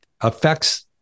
affects